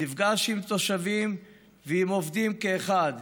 נפגש עם תושבים ועם עובדים כאחד,